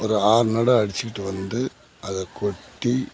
ஒரு ஆறு நடை அடிச்சுக்கிட்டு வந்து அதை கொட்டி